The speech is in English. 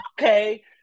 okay